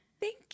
thank